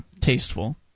tasteful